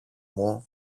μου